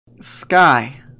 sky